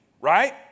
right